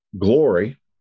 glory